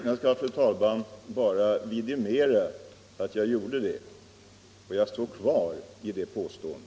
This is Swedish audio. Fru talman! Jag skall bara vidimera att jag riktade den beskyllningen, och jag står kvar vid mitt påstående.